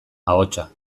ahotsa